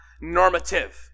normative